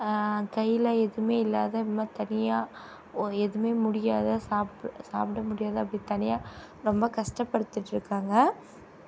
கையில் எதுவுமே இல்லாத இதுமாதிரி தனியாக ஒ எதுவுமே முடியாத சாப்பிட் சாப்பிட முடியாத அப்படி தனியாக ரொம்ப கஷ்டப்படுத்திகிட்டு இருக்காங்கள்